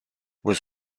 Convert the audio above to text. was